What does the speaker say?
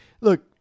look